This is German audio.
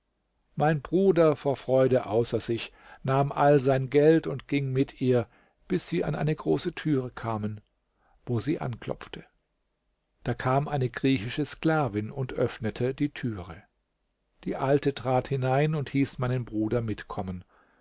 mein bruder vor freude außer sich nahm all sein geld und ging mit ihr bis sie an eine große türe kamen wo sie anklopfte da kam eine griechische sklavin und öffnete die türe die alte trat hinein und hieß meinen bruder mitkommen